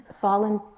fallen